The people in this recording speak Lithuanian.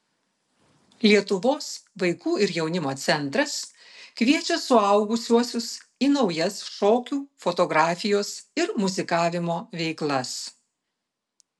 lietuvos vaikų ir jaunimo centras kviečia suaugusiuosius į naujas šokių fotografijos ir muzikavimo veiklas